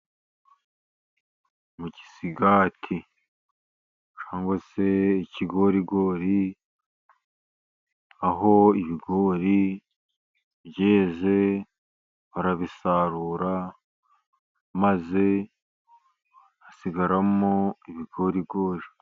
Igisigati cyangwa se ikigorigori, aho ibigori byeze arabisarura, maze hasigaramo ibigorigori.